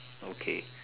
okay